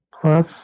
plus